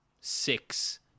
six